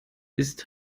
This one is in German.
ist